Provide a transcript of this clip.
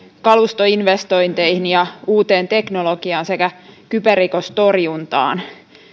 kalustoinvestointeihin ja uuteen teknologiaan sekä kyberrikostorjuntaan